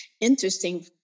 interesting